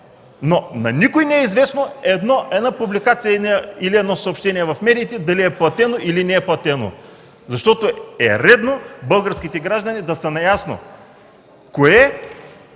Но на никого не е известно една публикация или съобщение в медиите дали са платени, или не, защото е редно българските граждани да са наясно кое